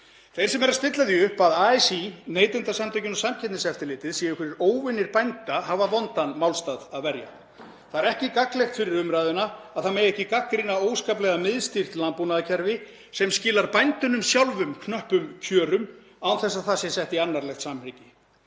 Þeir sem eru að stilla því upp að ASÍ, Neytendasamtökin og Samkeppniseftirlitið séu einhverjir óvinir bænda hafa vondan málstað að verja. Það er ekki gagnlegt fyrir umræðuna að það megi ekki gagnrýna óskaplega miðstýrt landbúnaðarkerfi sem skilar bændunum sjálfum knöppum kjörum án þess að það sé sett í annarlegt samhengi.